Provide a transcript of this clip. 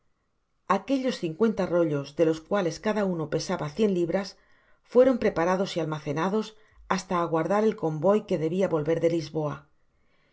quellos cincuenta rollos de los cuales cada uno pesaba cien libras fueron preparados y almacenados hasta aguardar el convoy que debia volver de lisboa